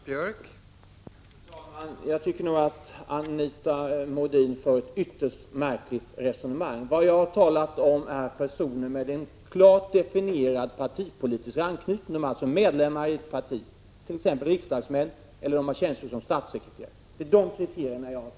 Fru talman! Jag tycker att Anita Modin för ett ytterst märkligt resone 20 maj 1987 mang. Vad jag har talat om är personer med en klart definierad partipolitisk anknytning. De är alltså medlemmar i ett parti — t.ex. riksdagsmän, eller personer som har tjänstgjort som statssekreterare. Det är dessa kriterier som jag har följt.